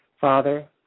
Father